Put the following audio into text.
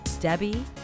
Debbie